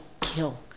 kill